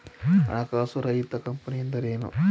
ಹಣಕಾಸು ರಹಿತ ಕಂಪನಿ ಎಂದರೇನು?